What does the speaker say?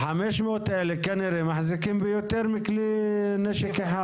ה-500 האלה כנראה מחזיקים ביותר מכלי נשק אחד.